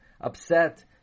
upset